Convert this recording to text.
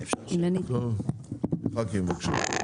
ח"כים, בבקשה.